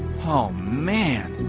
oh, man,